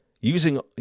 using